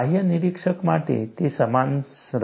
બાહ્ય નિરીક્ષક માટે તે સમાન રહેશે